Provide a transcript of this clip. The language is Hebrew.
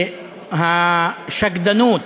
השקדנות,